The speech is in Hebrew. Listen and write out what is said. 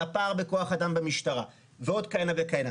על הפער בכוח אדם במשטרה ועוד כהנה וכהנה.